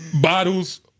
bottles